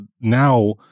now